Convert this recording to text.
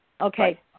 Okay